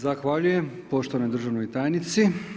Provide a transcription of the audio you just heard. Zahvaljujem poštovanoj državnoj tajnici.